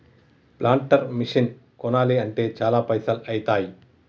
planter machine కొనాలి అంటే చాల పైసల్ ఐతాయ్